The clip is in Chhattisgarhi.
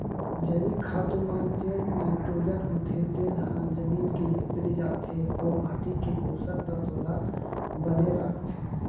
जैविक खातू म जेन नाइटरोजन होथे तेन ह जमीन के भीतरी जाथे अउ माटी के पोसक तत्व ल बने राखथे